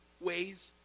ways